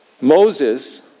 Moses